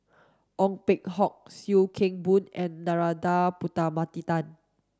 Ong Peng Hock Sim Kee Boon and Narana Putumaippittan